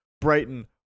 Brighton